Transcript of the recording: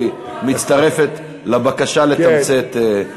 מצטרפת לבקשה לתמצת.